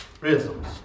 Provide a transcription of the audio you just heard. rhythms